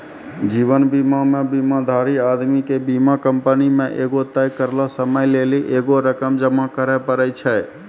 जीवन बीमा मे बीमाधारी आदमी के बीमा कंपनी मे एगो तय करलो समय लेली एगो रकम जमा करे पड़ै छै